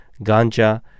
ganja